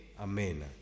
Amen